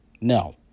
No